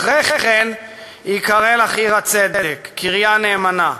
אחרי כן יקרא לך עיר הצדק, קריה נאמנה.